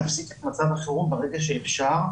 להפסיק את מצב החירום ברגע שאפשר,